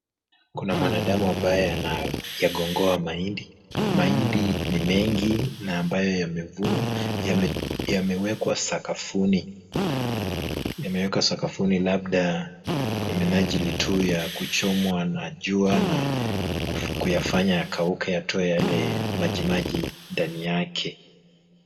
Kuna mwanadamu ambaye anayangongoa mahindi. Mahindi ni mengi na ambayo yamevunwa yamewekwa sakafuni. Yamewekwa sakafuni labda kwa minajili tu ya kuchomwa na jua na kuyafanya yakauke yatoe yale majimaji ndani yake.